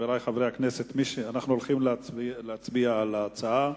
חברי חברי הכנסת, אנחנו הולכים להצביע על ההצעה.